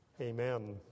Amen